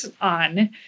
on